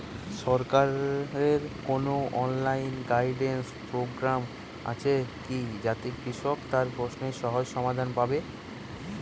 সরকারের কোনো online guidance programme আছে কি যাতে কৃষক তার প্রশ্নের সহজ সমাধান পাবে?